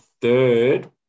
third